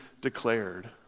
declared